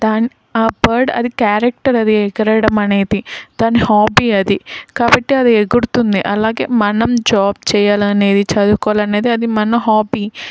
దాని ఆ బర్డ్ అది క్యారెక్టర్ అది ఎగరడం అనేది దాని హాబీ అది కాబట్టి అది ఎగుడుతుంది అలాగే మనం జాబ్ చెయ్యాలనేది చదువుకోవాలనేది అది మన హాబీ